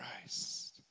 Christ